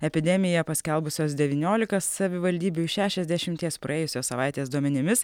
epidemiją paskelbusios devyniolika savivaldybių šešiasdešimties praėjusios savaitės duomenimis